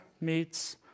meets